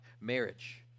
marriage